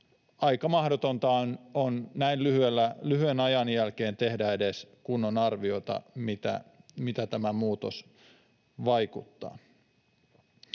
Aika mahdotonta on näin lyhyen ajan jälkeen tehdä edes kunnon arviota, miten tämä muutos vaikuttaa.